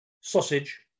Sausage